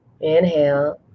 Inhale